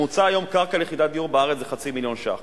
והיום ממוצע קרקע ליחידת דיור בארץ זה 500,000 שקלים,